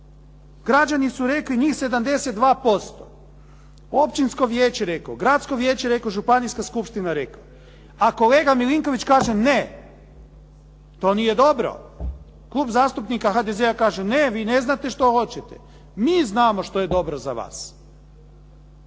Građani su rekli, njih 72%, općinsko vijeće je reklo, gradsko vijeće je reklo, županijska skupština je rekla, a kolega Milinković kaže ne, to nije dobro. Klub zastupnika HDZ-a kaže ne, vi ne znate što hoćete. Mi znamo što je dobro za vas.